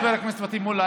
חבר הכנסת פטין מולא,